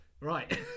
Right